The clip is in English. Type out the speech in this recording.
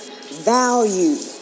value